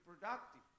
productive